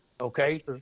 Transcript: Okay